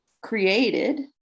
created